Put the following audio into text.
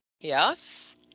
yes